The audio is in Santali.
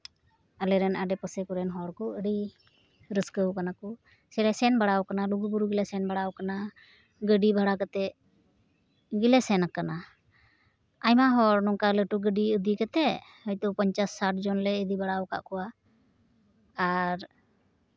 ᱟᱞᱮ ᱨᱮᱱ ᱟᱰᱮ ᱯᱟᱥᱮ ᱠᱚᱨᱮᱱ ᱦᱚᱲ ᱠᱚ ᱟᱹᱰᱤ ᱨᱟᱹᱥᱠᱟᱹᱣ ᱠᱟᱱᱟ ᱠᱚ ᱥᱮᱞᱮ ᱥᱮᱱ ᱵᱟᱲᱟᱣ ᱠᱟᱱᱟ ᱞᱩᱜᱩᱼᱵᱩᱨᱩ ᱜᱮᱞᱮ ᱥᱮᱱ ᱵᱟᱲᱟᱣ ᱠᱟᱱᱟ ᱜᱟᱹᱰᱤ ᱵᱷᱟᱲᱟ ᱠᱟᱛᱮᱫ ᱜᱮᱞᱮ ᱥᱮᱱ ᱠᱟᱱᱟ ᱟᱭᱢᱟ ᱦᱚᱲ ᱱᱚᱝᱠᱟ ᱞᱟᱹᱴᱩ ᱜᱟᱹᱰᱤ ᱤᱫᱤ ᱠᱟᱛᱮᱫ ᱦᱚᱭᱛᱳ ᱯᱚᱧᱪᱟᱥ ᱥᱟᱴ ᱡᱚᱱ ᱞᱮ ᱤᱫᱤ ᱵᱟᱲᱟ ᱟᱠᱟᱫ ᱠᱚᱣᱟ ᱟᱨ